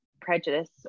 prejudice